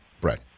Brett